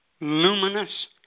luminous